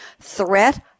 Threat